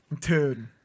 Dude